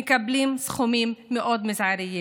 מקבלים סכומים מאוד מזעריים,